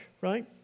right